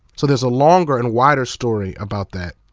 so there's a longer and wider story about that,